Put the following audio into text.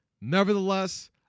Nevertheless